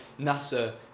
NASA